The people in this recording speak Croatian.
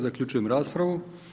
Zaključujem raspravu.